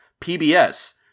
PBS